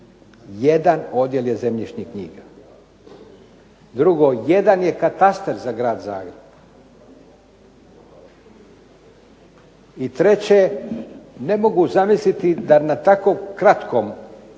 jedan Odjel je zemljišnih knjiga. Drugo, jedan je katastar za Grad Zagreb. I treće, ne mogu zamisliti da na tako kratkom a